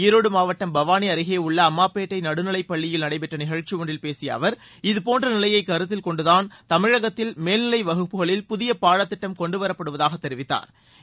ஈரோடு மாவட்டம் பவாளி அருகே உள்ள அம்மாப்பேட்டை நடுநிலைப் பள்ளியில் நடைபெற்ற நிகழ்ச்சி ஒன்றில் பேசிய அவர் இதுபோன்ற நிலையை கருத்தில் கொண்டுதான் தமிழகத்தில் மேல்நிலை வகுப்புகளில் புதிய பாடத்திட்டம் கொண்டுவரப்படுவதாக தெரிவித்தாா்